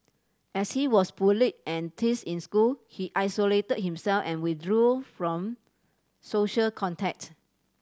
as he was bullied and teased in school he isolated himself and withdrew from social contact